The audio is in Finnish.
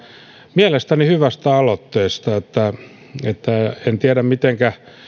mielestäni hyvästä aloitteesta en tiedä mitenkä